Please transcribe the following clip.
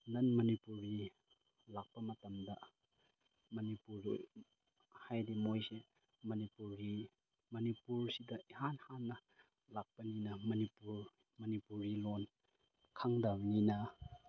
ꯅꯟ ꯃꯅꯤꯄꯨꯔꯤ ꯂꯥꯛꯄ ꯃꯇꯝꯗ ꯃꯅꯤꯄꯨꯔꯤ ꯍꯥꯏꯗꯤ ꯃꯣꯏꯁꯦ ꯃꯅꯤꯄꯨꯔꯤ ꯃꯅꯤꯄꯨꯔꯁꯤꯗ ꯏꯍꯥꯟ ꯍꯥꯟꯅ ꯂꯥꯛꯄꯅꯤꯅ ꯃꯅꯤꯄꯨꯔ ꯃꯅꯤꯄꯨꯔꯤ ꯂꯣꯟ ꯈꯪꯗꯕꯅꯤꯅ